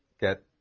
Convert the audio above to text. get